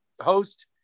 host